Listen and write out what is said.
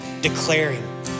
declaring